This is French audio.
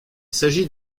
s’agit